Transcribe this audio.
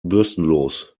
bürstenlos